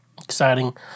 exciting